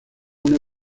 una